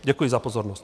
Děkuji za pozornost.